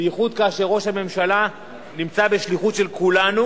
בייחוד כאשר ראש הממשלה נמצא בשליחות של כולנו